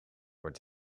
wordt